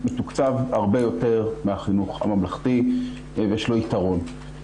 מתוקצב הרבה יותר מהחינוך הממלכתי ויש לו יתרון.